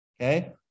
Okay